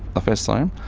first time.